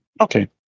Okay